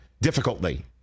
difficultly